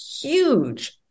huge